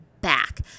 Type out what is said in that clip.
back